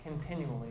continually